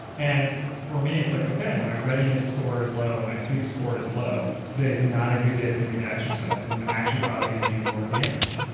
and for me it's like, okay, my readiness score is low, my sleep score is low, today is not a good day for me to exercise because i'm actually probably gonna do more damage.